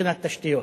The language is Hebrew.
מבחינת תשתיות,